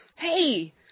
hey